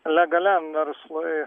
legaliam verslui